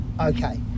okay